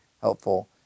helpful